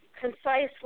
concisely